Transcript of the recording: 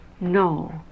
no